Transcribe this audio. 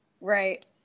right